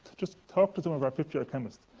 just talk to some of our fifth-year chemists.